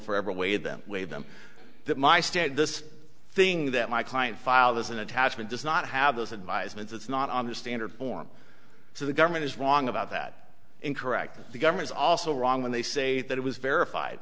forever way that way them that my state this thing that my client filed as an attachment does not have those advisement that's not on the standard form so the government is wrong about that and correct the governor is also wrong when they say that it was verified